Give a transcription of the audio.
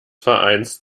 vereins